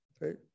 Right